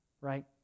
right